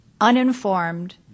uninformed